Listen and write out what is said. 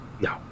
No